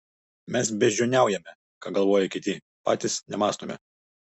mes beždžioniaujame ką galvoja kiti patys nemąstome